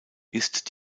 ist